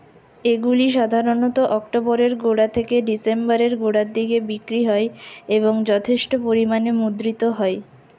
এগুলি সাধারণত অক্টোবরের গোড়া থেকে ডিসেম্বরের গোড়ার দিকে বিক্রি হয় এবং যথেষ্ট পরিমাণে মুদ্রিত হয়